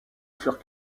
furent